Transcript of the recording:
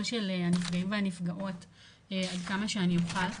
של הנפגעים והנפגעות כמה שאני אוכל.